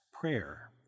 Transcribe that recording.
prayer